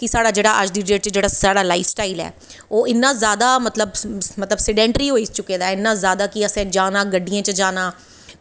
की साढ़ा अज्ज दी डेट च जेह्ड़ा साढ़ा लाईफस्टाईल ऐ एह् इन्ना जादा मतलब सैनडेंटेरी होई चुके दा ऐ की असें जाना गड्डियें च जाना